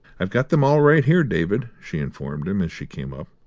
i've got them all, right here, david, she informed him, as she came up.